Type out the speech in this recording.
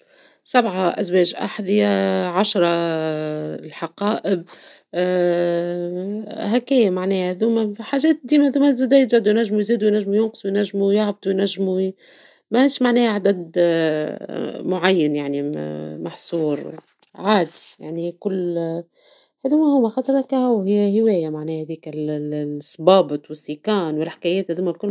سبعة أزواج أحذية عشرة حقائب ، هكايا معناها هذوما حاجات ديما زادة ينجمو يزيدو ينجمو يهبطوا ماهيش معناها عدد معين ، محصور عادي، يعني كل ، هذوما خاطر هكاهو معناها ذيكا الصبابط والصيكان والحكايات هذوكا الكل.